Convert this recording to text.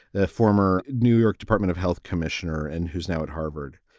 ah former new york department of health commissioner and who's now at harvard.